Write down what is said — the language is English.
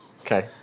Okay